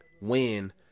win